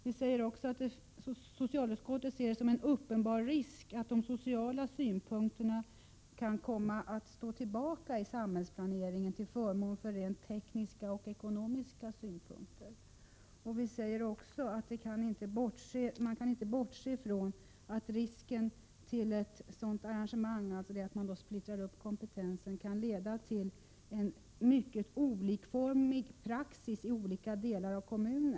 Vi säger vidare att socialutskottet ser som en uppenbar risk att de sociala synpunkterna kan komma att stå tillbaka i samhällsplaneringen till förmån för rent tekniska och ekonomiska synpunkter. Vi säger också att man inte kan bortse från risken för att ett sådant arrangemang — dvs. att kompetensen splittras upp — kan leda till en mycket olikformig praxis i olika delar av en kommun.